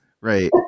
Right